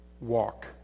walk